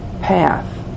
path